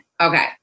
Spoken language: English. Okay